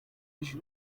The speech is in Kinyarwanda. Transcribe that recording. ejo